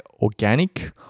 organic